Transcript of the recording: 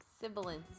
Sibilance